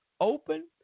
open